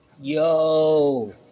yo